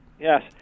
Yes